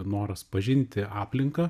noras pažinti aplinką